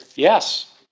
Yes